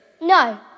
No